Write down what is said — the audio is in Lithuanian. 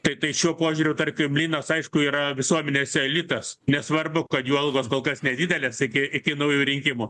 tai tai šiuo požiūriu tarkim linas aišku yra visuomenės elitas nesvarbu kad jų algos kol kas nedidelės iki iki naujų rinkimų